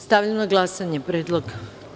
Stavljam na glasanje predlog.